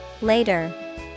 Later